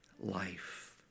life